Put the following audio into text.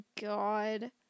God